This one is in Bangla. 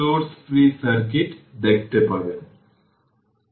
অতএব কারেন্ট iR t কে এক্সপ্রেস করা যেতে পারে iR t vtR হিসেবে